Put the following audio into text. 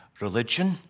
religion